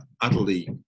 utterly